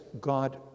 God